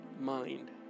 mind